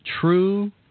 true